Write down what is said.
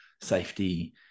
safety